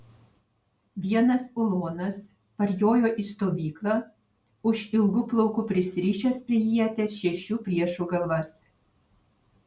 vienas ulonas parjojo į stovyklą už ilgų plaukų prisirišęs prie ieties šešių priešų galvas